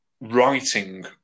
writing